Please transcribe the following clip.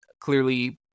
clearly